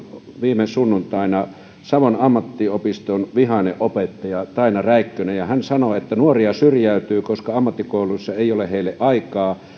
viime sunnuntain savon sanomista savon ammattiopiston vihainen opettaja taina räikkönen ja hän sanoo että nuoria syrjäytyy koska ammattikouluissa ei ole heille aikaa